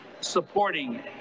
supporting